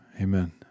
amen